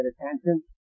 attention